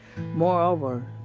Moreover